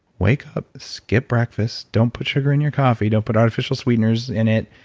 wake up, skip breakfast, don't put sugar in your coffee, don't put artificial sweeteners in it,